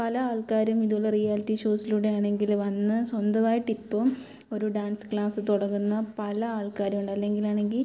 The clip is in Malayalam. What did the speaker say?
പല ആൾക്കാരും ഇതുപോലെ റിയാലിറ്റി ഷോസിലൂടെ ആണെങ്കിൽ വന്ന് സ്വന്തമായിട്ട് ഇപ്പം ഒരു ഡാൻസ് ക്ലാസ് തുടങ്ങുന്ന പല ആൾക്കാരും ഉണ്ട് അല്ലെങ്കിൽ ആണെങ്കിൽ